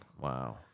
Wow